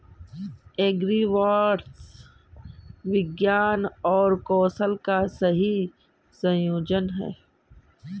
agribots विज्ञान और कौशल का सही संयोजन हैं